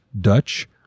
Dutch